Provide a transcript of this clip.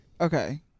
Okay